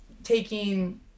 taking